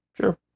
sure